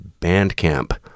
Bandcamp